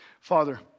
father